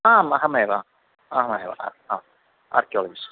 आम् अहमेव अहमेव आर्क्यालजिस्ट्